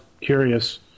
curious